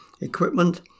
equipment